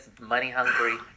money-hungry